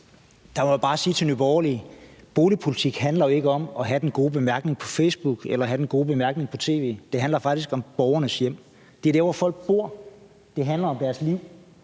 Der må jeg bare sige til Nye Borgerlige, at boligpolitik jo ikke handler om at have den gode bemærkning på Facebook eller at have den gode bemærkning på tv; det handler faktisk om borgernes hjem. Det er der, hvor folk bor, det drejer sig om deres liv,